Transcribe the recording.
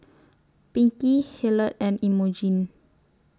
Pinkie Hilliard and Imogene